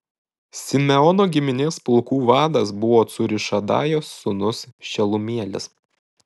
simeono giminės pulkų vadas buvo cūrišadajo sūnus šelumielis